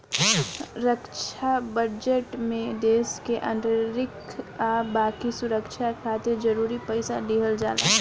रक्षा budget में देश के आंतरिक आ बाकी सुरक्षा खातिर जरूरी पइसा दिहल जाला